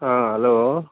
ହଁ ହ୍ୟାଲୋ